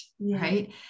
right